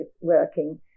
working